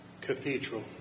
cathedral